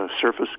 surface